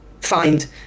find